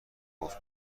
گفت